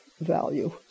value